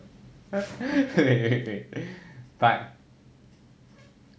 okay okay okay but